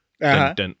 dent